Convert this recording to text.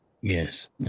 Yes